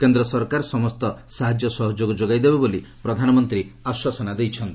କେନ୍ଦ୍ର ସରକାର ସମସ୍ତ ସାହାଯ୍ୟ ସହଯୋଗ ଯୋଗାଇଦେବ ବୋଲି ପ୍ରଧାନମନ୍ତ୍ରୀ ଆଶ୍ୱାସନା ଦେଇଛନ୍ତି